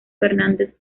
fernández